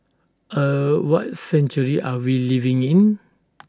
er what century are we living in